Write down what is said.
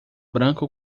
branco